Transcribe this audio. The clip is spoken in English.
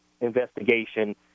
investigation